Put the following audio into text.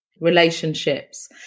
relationships